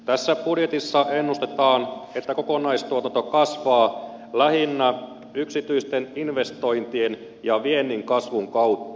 tässä budjetissa ennustetaan että kokonaistuotanto kasvaa lähinnä yksityisten investointien ja viennin kasvun kautta